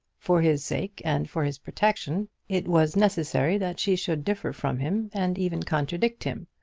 for his sake, and for his protection, it was necessary that she should differ from him, and even contradict him.